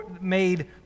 made